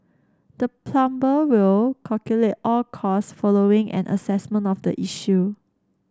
the plumber will calculate all cost following an assessment of the issue